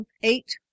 eight